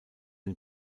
den